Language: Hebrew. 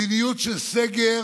מדיניות של סגר